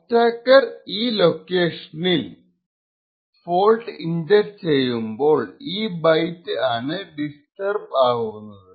attacker ഈ ലൊക്കേഷനിൽ fault inject ചെയ്യുമ്പോൾ ഈ ബൈറ്റ് ആണ് ഡിസ്റ്റർബ് ചെയ്യപ്പെടുന്നത്